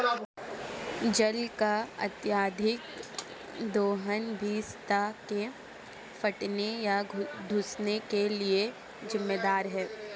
जल का अत्यधिक दोहन भू सतह के फटने या धँसने के लिये जिम्मेदार है